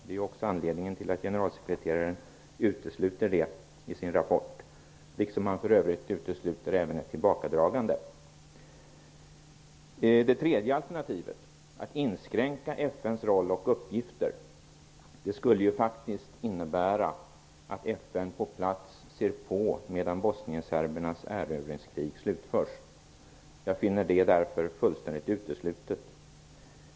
Det är också anledningen till att generalsekreteraren utesluter det i sin rapport, liksom han för övrigt utesluter ett tillbakadragande. Det tredje alternativet, att inskränka FN:s roll och uppgifter, skulle faktiskt innebära att FN på plats ser på medan bosnienserbernas erövringskrig slutförs. Jag finner det därför fullständigt uteslutet.